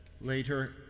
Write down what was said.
later